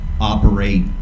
operate